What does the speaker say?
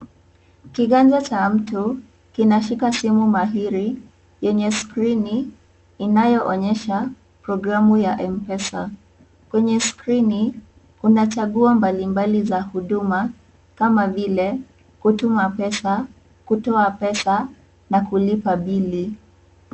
Kiganja cha mtu, kinashika simu mahiri yenye skrini, inayoonyesha programu ya Mpesa. Kwenye skrini, kuna chaguo mbalimbali za huduma kama vile, kutuma pesa, kutoa pesa na kulipa mbili.